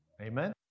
Amen